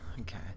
Okay